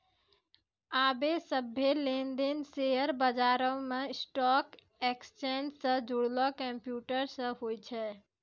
आबे सभ्भे लेन देन शेयर बजारो मे स्टॉक एक्सचेंज से जुड़लो कंप्यूटरो से होय छै